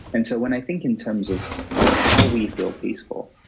and so, when i think in terms of of how we feel peaceful,